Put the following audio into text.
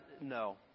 no